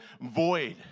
void